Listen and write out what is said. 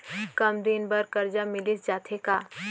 कम दिन बर करजा मिलिस जाथे का?